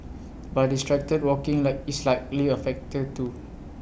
but distracted walking like is likely A factor too